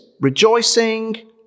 rejoicing